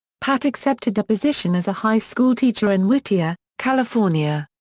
pat accepted a position as a high school teacher in whittier, california.